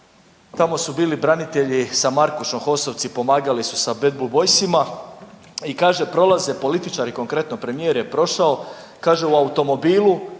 tamo su bili branitelji sa Markušom, HOS-ovci, pomagali su Bad Blue Boysima i kaže, prolaze političari, konkretno, premijer je prošao, kaže u automobilu,